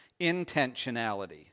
intentionality